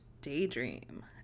daydream